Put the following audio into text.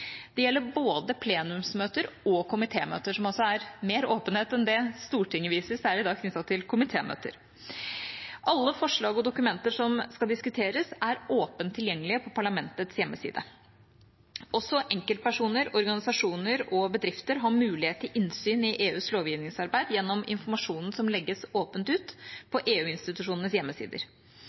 Det gjelder både plenumsmøter og komitémøter, noe som altså er mer åpenhet enn det Stortinget viser, særlig knyttet til komitémøter. Alle forslag og dokumenter som skal diskuteres, er åpent tilgjengelige på Parlamentets hjemmeside. Også enkeltpersoner, organisasjoner og bedrifter har mulighet til innsyn i EUs lovgivningsarbeid gjennom informasjonen som legges åpent ut på EU-institusjonenes hjemmesider.